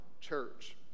church